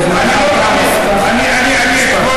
אני יודע שלא מפריד.